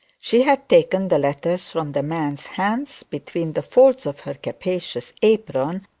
she had taken the letters from the man's hands between the folds of her capacious apron,